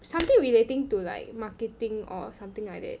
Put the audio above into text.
something relating to like marketing or something like that